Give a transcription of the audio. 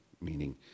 meaning